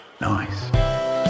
Nice